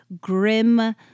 grim